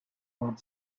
world